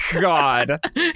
god